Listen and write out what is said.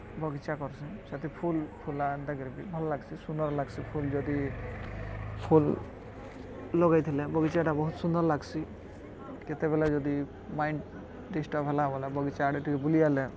ବଗିଚା କର୍ସି ସେଥି ଫୁଲ୍ ଫୁଲା ଏନ୍ତାକରି ବି ଭଲ୍ ଲାଗ୍ସି ସୁନ୍ଦର୍ ଲାଗ୍ସି ଫୁଲ୍ ଯଦି ଫୁଲ୍ ଲଗେଇଥିଲେ ବଗିଚାଟା ବହୁତ୍ ସୁନ୍ଦର୍ ଲାଗ୍ସି କେତେବେଲେ ଯଦି ମାଇଣ୍ଡ୍ ଡିଷ୍ଟର୍ବ୍ ହେଲା ବଏଲେ ବଗିଚା ଆଡ଼େ ଟିକେ ବୁଲିଗଲେ